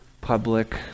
public